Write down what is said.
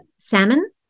salmon